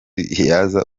yaza